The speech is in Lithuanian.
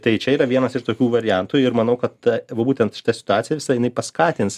tai čia yra vienas iš tokių variantų ir manau kad va būtent šita situacija visa jinai paskatins